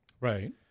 Right